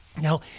Now